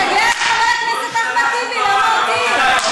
תשגע את חבר הכנסת אחמד טיבי, למה אותי?